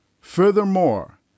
Furthermore